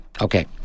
Okay